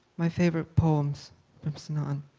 my favorite poems from sinan,